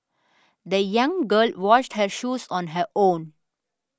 the young girl washed her shoes on her own